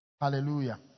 Hallelujah